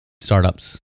startups